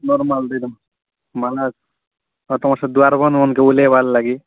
normal ଦେଇ ଦେବ ମାଲା ତମର୍ ସେ ଦୁଆର୍ ବନ୍ଧ୍ ମାନ୍ଙ୍କେ ଓହ୍ଲେଇବାର୍ ଲାଗି